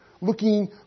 looking